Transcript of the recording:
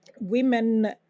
Women